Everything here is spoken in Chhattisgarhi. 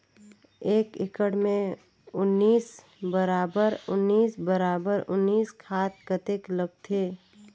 एक एकड़ मे उन्नीस बराबर उन्नीस बराबर उन्नीस खाद कतेक लगथे?